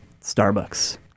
Starbucks